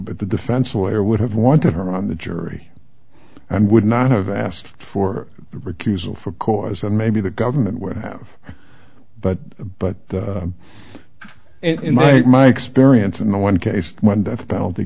but the defense lawyer would have wanted her on the jury and would not have asked for recusal for cause and maybe the government would have but but in my my experience in the one case one death penalty